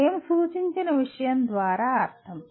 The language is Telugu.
మేము సూచించిన విషయం ద్వారా అర్థం